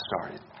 started